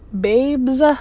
babes